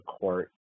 court